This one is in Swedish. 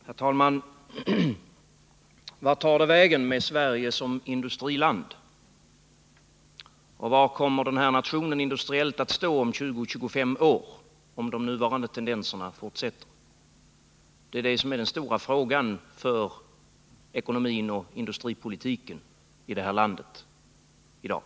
Herr talman! Vart tar det vägen med Sverige som industriland, var kommer den här nationen att stå industriellt om 20-25 år om de nuvarande tendenserna fortsätter? Det är den stora frågan för ekonomin och industripolitiken i det här landet i dag.